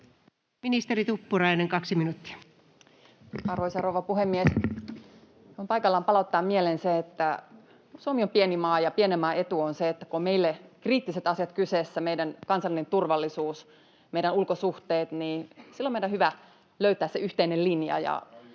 Time: 16:16 Content: Arvoisa rouva puhemies! On paikallaan palauttaa mieleen se, että Suomi on pieni maa ja pienen maan etu on se, että kun on meille kriittiset asiat kyseessä — meidän kansallinen turvallisuus, meidän ulkosuhteet — niin silloin meidän on hyvä löytää se yhteinen linja.